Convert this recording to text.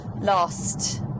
last